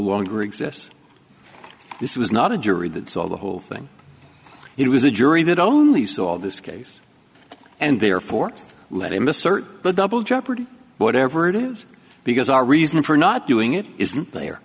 longer exists this was not a jury that's all the whole thing it was a jury that only saw this case and therefore let him assert the double jeopardy whatever it is because our reason for not doing it isn't the